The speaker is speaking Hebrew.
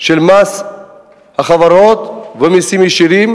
של מס החברות ומסים ישירים,